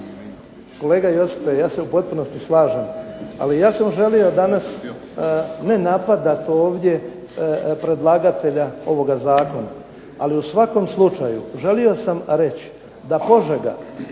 Kolega Josipe, ja se u potpunosti slažem, ali ja sam želio danas ne napadat ovdje predlagatelja ovoga zakona, ali u svakom slučaju želio sam reći da Požega